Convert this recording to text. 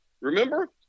Remember